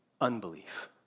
unbelief